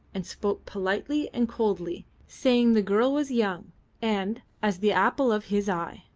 and spoke politely and coldly, saying the girl was young and as the apple of his eye.